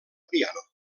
piano